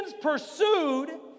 pursued